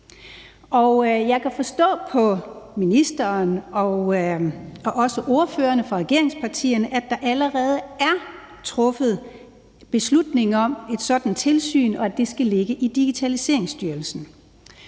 jeg kan forstå på ministeren og også ordførerne fra regeringspartierne, at der allerede er truffet beslutning om et sådant tilsyn, og at det skal ligge i Digitaliseringsstyrelsen.